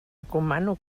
recomano